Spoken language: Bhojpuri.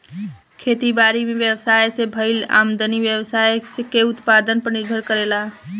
खेती बारी में व्यवसाय से भईल आमदनी व्यवसाय के उत्पादन पर निर्भर करेला